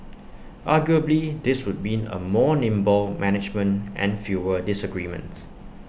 arguably this would mean A more nimble management and fewer disagreements